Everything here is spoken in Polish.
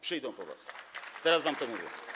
Przyjdą po was, teraz wam to mówię.